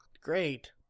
Great